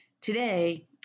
Today